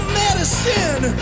medicine